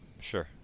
Sure